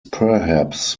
perhaps